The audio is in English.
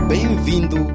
Bem-vindo